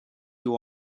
you